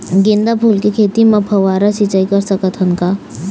गेंदा फूल के खेती म फव्वारा सिचाई कर सकत हन का?